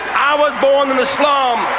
i was born in the slum.